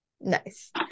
nice